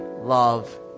love